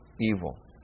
evil